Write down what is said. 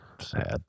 Sad